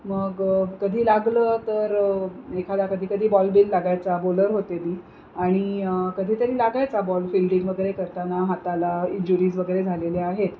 मग कधी लागलं तर एखादा कधी कधी बॉल बिल लागायचा बोलर होते मी आणि कधीतरी लागायचा बॉल फील्डिंग वगैरे करताना हाताला इंजुरीज वगैरे झालेल्या आहेत